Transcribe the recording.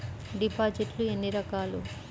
డిపాజిట్లు ఎన్ని రకాలు?